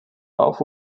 auf